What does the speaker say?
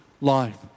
life